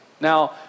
Now